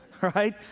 right